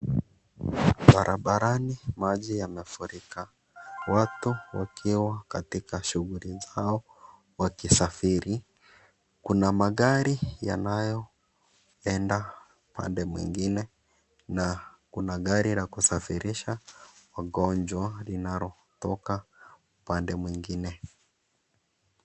Barabarani maji yamefurika, watu wakiwa katika shughuli zao wakisafiri. Kuna magari yanayoenda pande mwingine, na kuna gari la kusafirisha wagonjwa linalotoka pande mwingine.